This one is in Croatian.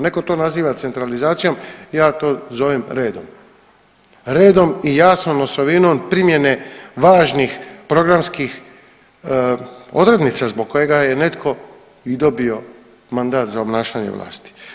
Neko to naziva centralizacijom, ja to zovem redom, redom i jasnom osovinom primjene važnih programskih odrednica zbog kojega je netko i dobio mandat za obnašanje vlasti.